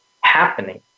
happening